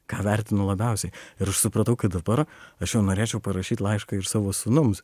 ką vertinu labiausiai ir aš supratau kad dabar aš jau norėčiau parašyt laišką ir savo sūnums